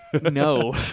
No